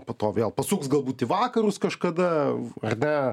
po to vėl pasuks galbūt į vakarus kažkada ar ne